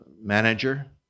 manager